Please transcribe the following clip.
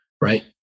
right